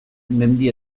mendi